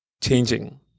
changing